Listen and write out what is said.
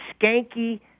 skanky